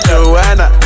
Joanna